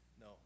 No